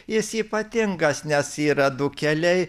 jis ypatingas nes yra du keliai